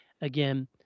again